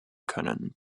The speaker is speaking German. können